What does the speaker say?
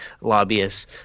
lobbyists